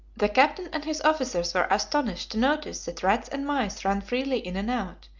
the captain and his officers were astonished to notice that rats and mice ran freely in and out,